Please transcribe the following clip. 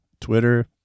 Twitter